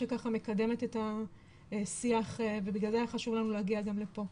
שמקדמת את השיח ובגלל היה חשוב לנו להגיע גם לפה.